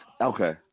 Okay